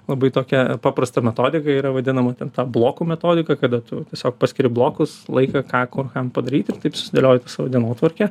labai tokia paprasta metodika yra vadinama ten ta blokų metodika kada tu tiesiog paskiri blokus laiką ką kur kam padaryt ir taip susidėlioji tą savo dienotvarkę